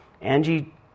angie